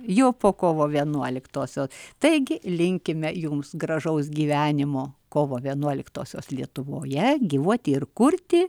jau po kovo vienuoliktosios taigi linkime jums gražaus gyvenimo kovo vienuoliktosios lietuvoje gyvuoti ir kurti